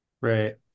Right